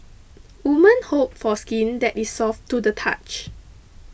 woman hope for skin that is soft to the touch